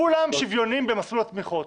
כולם שוויוניים במסלול התמיכות.